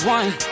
one